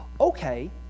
Okay